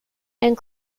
and